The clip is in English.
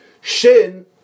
Shin